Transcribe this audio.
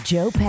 Joe